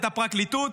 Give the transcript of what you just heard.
את הפרקליטות.